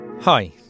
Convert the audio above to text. Hi